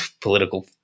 political